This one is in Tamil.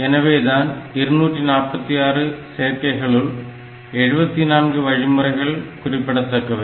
எனவேதான் 246 சேர்க்கைகளுள் 74 வழிமுறைகள் குறிப்பிடத்தக்கவை